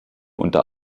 unter